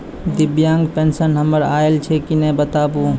दिव्यांग पेंशन हमर आयल छै कि नैय बताबू?